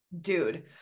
dude